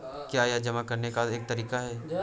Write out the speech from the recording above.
क्या यह जमा करने का एक तरीका है?